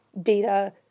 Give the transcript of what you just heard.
data